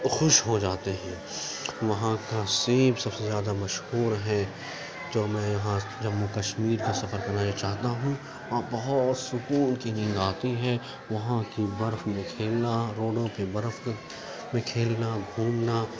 خوش ہو جاتے ہیں وہاں کا سیب سب سے زیادہ مشہور ہیں جب میں یہاں جموں کشمیر کا سفر کرنا چاہتا ہوں وہاں بہت سکون کی نیند آتی ہے وہاں کے برف میں کھیلنا گولوں کے برف پہ کھیلنا گھومنا